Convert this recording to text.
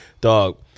Dog